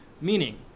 Meaning